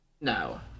No